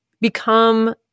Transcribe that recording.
become